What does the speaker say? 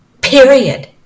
period